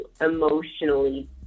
emotionally